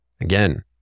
Again